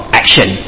action